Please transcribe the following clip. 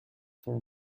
for